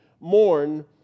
mourn